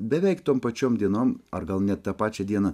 beveik tom pačiom dienom ar gal net tą pačią dieną